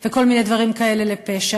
וכל מיני דברים כאלה לפשע,